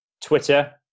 Twitter